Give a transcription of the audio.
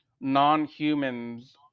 non-humans